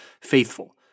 faithful